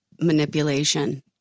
manipulation